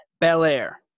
Belair